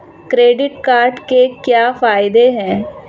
Credit card के क्या फायदे हैं?